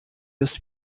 des